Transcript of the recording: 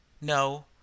No